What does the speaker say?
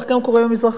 כך קורה גם עם המזרחים.